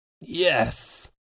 Yes